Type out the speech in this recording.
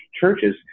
churches